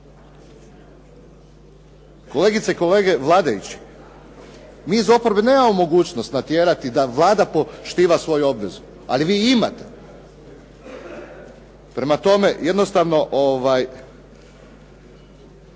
Kolegice i kolege vladajući, mi iz oporbe nemamo mogućnost natjerati da Vlada poštuje svoju obvezu, ali vi imate. Prema tome, jednostavno iskreno